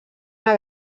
una